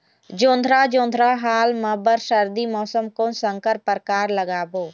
जोंधरा जोन्धरा हाल मा बर सर्दी मौसम कोन संकर परकार लगाबो?